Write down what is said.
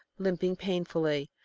limping painfully.